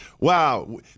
Wow